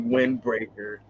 Windbreaker